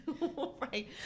Right